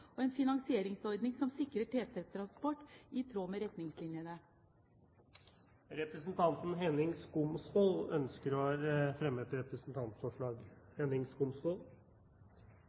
og kvantitet i TT-ordningen, og en finansieringsordning som sikrer TT-transport i tråd med retningslinjene. Representanten